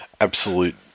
absolute